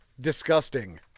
Disgusting